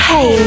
Hey